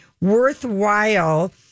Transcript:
worthwhile